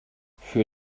für